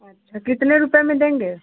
अच्छा कितने रुपये में देंगे